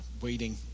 waiting